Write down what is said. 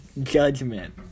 judgment